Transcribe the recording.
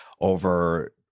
over